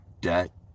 debt